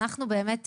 אנחנו באמת,